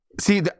see